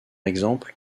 exemple